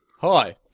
Hi